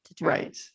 Right